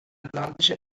atlantische